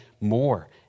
more